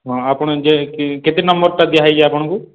ହଁ ଆପଣ ଯେ କେତେ ନମ୍ବର୍ଟା ଦିଆହେଇଛେ ଆପଣଙ୍କୁ